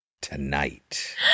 tonight